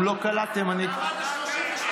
אם לא קלטתם, אני, אמרת: 32 נגד